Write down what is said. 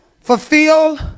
Fulfill